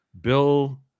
Bill